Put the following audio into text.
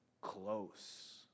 close